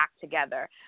together